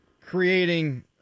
creating